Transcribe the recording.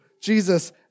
Jesus